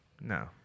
No